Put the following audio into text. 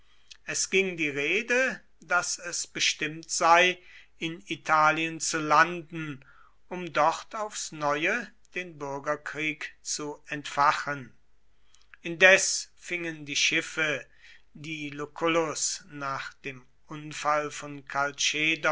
es ging die rede daß es bestimmt sei in italien zu landen um dort aufs neue den bürgerkrieg zu entfachen indes fingen die schiffe die lucullus nach dem unfall von